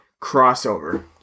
crossover